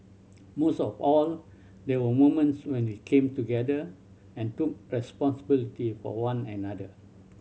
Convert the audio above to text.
most of all there were moments when we came together and took responsibility for one another